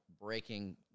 breaking